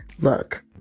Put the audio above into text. Look